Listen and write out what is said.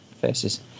faces